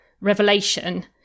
revelation